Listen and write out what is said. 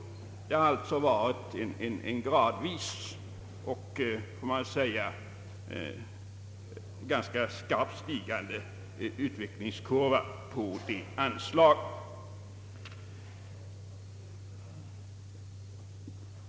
Det har alltså skett en gradvis och kan jag väl säga ganska kraftig ökning av detta anslag.